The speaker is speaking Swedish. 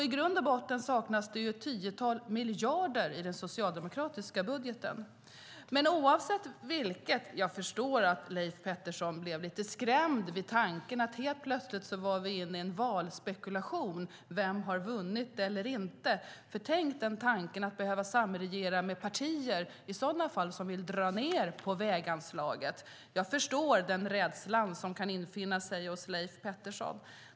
I grund och botten saknas det ju ett tiotal miljarder i den socialdemokratiska budgeten. Oavsett vilket förstår jag att Leif Pettersson blev lite skrämd av tanken. Helt plötsligt var vi inne i spekulationer om vem som har vunnit valet. Tänk tanken att behöva samregera med partier som i sådana fall vill dra ned på väganslaget! Jag förstår den rädsla som kan infinna sig hos Leif Pettersson.